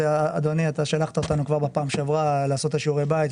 אדוני אתה שלחת אותנו פעם שעברה לעשות את שיעורי הבית,